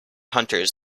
hunters